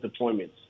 deployments